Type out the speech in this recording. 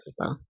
people